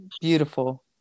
beautiful